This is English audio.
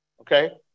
Okay